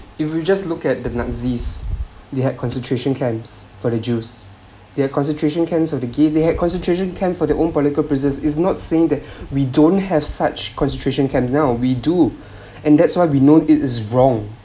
if we just look at the nazis they had concentration camps for the jews their concentration camp of the they had concentration camp for their own political prisoners is not saying that we don't have such concentration camp now we do and that's why we know it is wrong